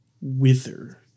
wither